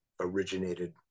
originated